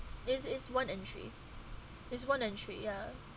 it is one entry it's one entry ya